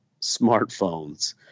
smartphones